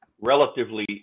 relatively